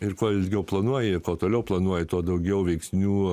ir kuo ilgiau planuoji kuo toliau planuoji tuo daugiau veiksnių